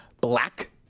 Black